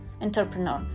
entrepreneur